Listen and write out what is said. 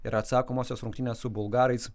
ir atsakomosios rungtynės su bulgarais